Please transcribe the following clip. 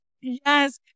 yes